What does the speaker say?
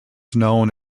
known